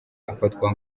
afatwa